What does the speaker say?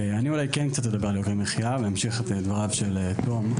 אני אולי כן אדבר קצת על יוקר המחיה ואמשיך את דבריו של תום.